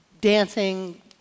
dancing